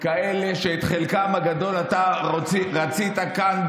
כאלה שאת חלקם הגדול אתה רצית כאן,